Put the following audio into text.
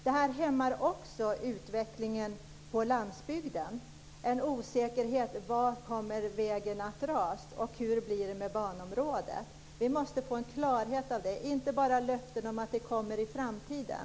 Osäkerheten om var vägen kommer att dras och om hur det blir med banområdet hämmar också utvecklingen på landsbygden. Vi måste få en klarhet i detta, inte bara löften om att något ska göras i framtiden.